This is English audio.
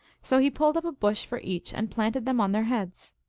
so he pulled up a bush for each, and planted them on their heads.